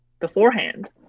beforehand